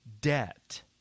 debt